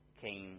king